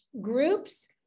groups